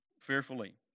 fearfully